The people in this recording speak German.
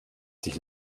sich